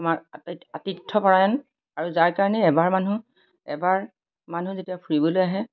আমাৰ আটাইত আতিথ্য পৰায়ণ আৰু যাৰ কাৰণে এবাৰ মানুহ এবাৰ মানুহ যেতিয়া ফুৰিবলৈ আহে